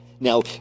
Now